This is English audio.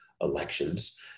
elections